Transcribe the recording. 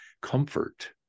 comfort